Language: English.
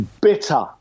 bitter